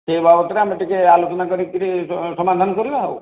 ସେ ବାବଦରେ ଆମେ ଟିକେ ଆଲୋଚନା କରିକିରି ସମାଧାନ କରିବା ଆଉ